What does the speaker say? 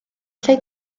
allai